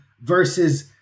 versus